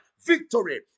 Victory